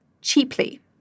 cheaply